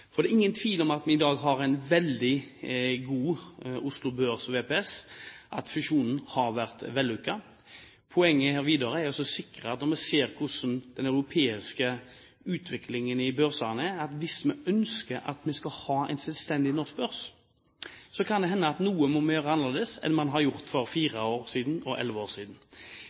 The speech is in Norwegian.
Det er ingen tvil om at vi i dag har en veldig god Oslo Børs VPS, og at fusjonen har vært vellykket. Poenget videre er å sikre at når vi ser hvordan utviklingen i de europeiske børsene er, og hvis vi ønsker at vi skal ha en selvstendig norsk børs, kan det hende at man må gjøre noe annet enn man har gjort – for fire år siden og for elleve år siden.